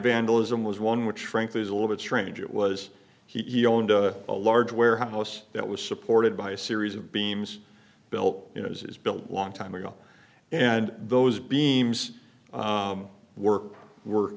vandalism was one which frankly is a little bit strange it was he owned a large warehouse that was supported d by a series of beams built you know is built a long time ago and those beams worked were